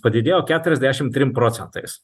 padidėjo keturiasdešimt trim procentais